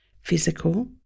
physical